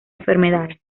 enfermedades